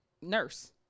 nurse